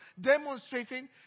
demonstrating